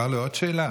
מותר לי עוד שאלה?